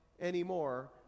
anymore